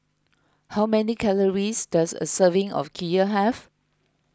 how many calories does a serving of Kheer have